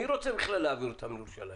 מי רוצה בכלל להעביר לירושלים?